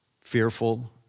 fearful